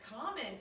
common